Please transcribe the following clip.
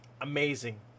Amazing